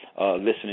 listening